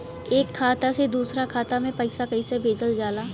एक खाता से दुसरे खाता मे पैसा कैसे भेजल जाला?